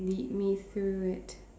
lead me through it